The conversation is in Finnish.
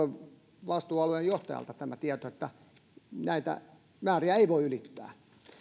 lupavastuualueen johtajalta että näitä määriä ei voi ylittää